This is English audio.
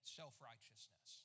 self-righteousness